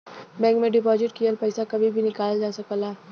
bank में deposit किहल पइसा कभी भी निकालल जा सकला